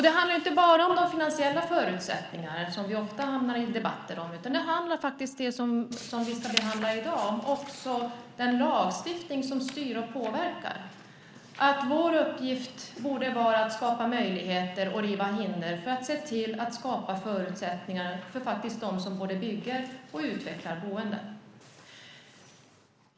Det handlar inte bara om de finansiella förutsättningarna, som vi ofta hamnar i debatter om, utan också om det som vi ska behandla i dag, den lagstiftning som styr och påverkar, där vår uppgift borde vara att skapa möjligheter och riva hinder för att se till att skapa förutsättningar för dem som både bygger och utvecklar boendet.